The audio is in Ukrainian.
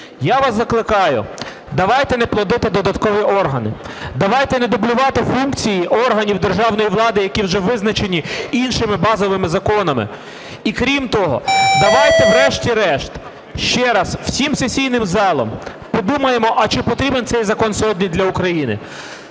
Я вас закликаю, давайте не плодити додаткові органи. Давайте не дублювати функції органів державної влади, які вже визначені іншими базовими законами. І, крім того, давайте врешті-решт ще раз всім сесійним залом подумаємо, а чи потрібен цей закон сьогодні для України.